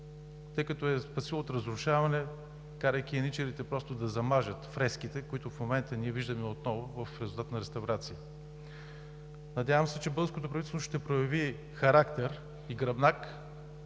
тъй като я е спасил от разрушаване, карайки еничарите просто да замажат фреските, които в момента ние виждаме отново в резултат на реставрация. Надявам се, че българското правителство ще прояви характер и гръбнак